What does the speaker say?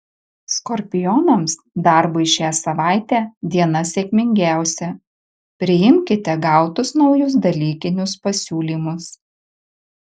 skorpionams darbui šią savaitę diena sėkmingiausia priimkite gautus naujus dalykinius pasiūlymus